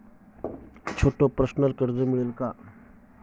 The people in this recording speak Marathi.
छोटे पर्सनल कर्ज मिळेल का?